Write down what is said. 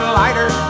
lighter